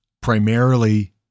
primarily